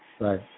right